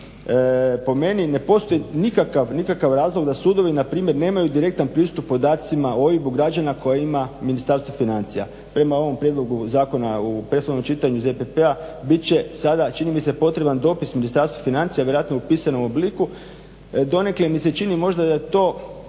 Po meni ne postoji nikakav, nikakav razlog da sudovi na primjer nemaju direktan pristup podacima OIB-u građana koje ima Ministarstvo financija. Prema ovom Prijedlogu zakona u prethodnom čitanju ZPP-a bit će sada čini mi se potreban dopis Ministarstvu financija vjerojatno u pisanom obliku. Donekle mi se čini možda da je to